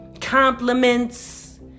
compliments